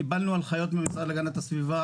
קיבלנו הנחיות מהמשרד להגנת הסביבה,